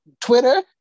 Twitter